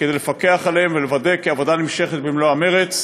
כדי לפקח עליהם ולוודא כי העבודה נמשכת במלוא המרץ.